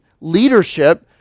leadership